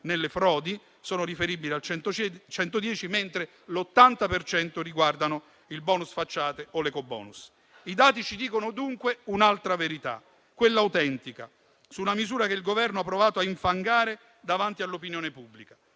per cento, mentre l'80 per cento riguarda il *bonus* facciate o l'ecobonus. I dati ci dicono dunque un'altra verità, quella autentica, su una misura che il Governo ha provato a infangare davanti all'opinione pubblica.